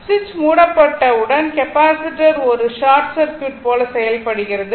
சுவிட்ச் மூடப்பட்டவுடன் கெப்பாசிட்டர் ஒரு ஷார்ட் சர்க்யூட் போல செயல்படுகிறது